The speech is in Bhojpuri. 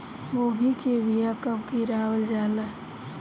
गोभी के बीया कब गिरावल जाला?